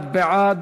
31 בעד,